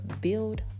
Build